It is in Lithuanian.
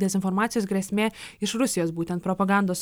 dezinformacijos grėsmė iš rusijos būtent propagandos